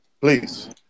Please